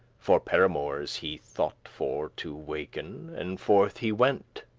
for paramours he thoughte for to waken, and forth he went,